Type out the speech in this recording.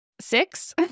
six